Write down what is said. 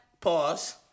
Pause